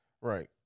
Right